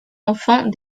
enfant